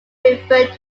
referred